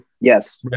yes